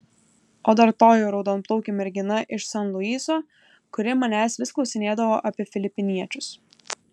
o dar toji raudonplaukė mergina iš san luiso kuri manęs vis klausinėdavo apie filipiniečius